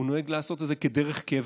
הוא נוהג לעשות את זה דרך קבע.